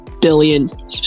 billion